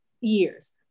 years